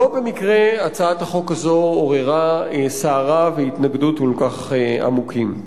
לא במקרה הצעת החוק הזו עוררה סערה והתנגדות כל כך עמוקות.